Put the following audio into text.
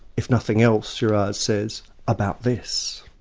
if nothing else girard says, about this.